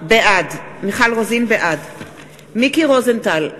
בעד מיקי רוזנטל,